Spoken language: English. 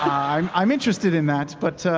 i'm i'm interested in that, but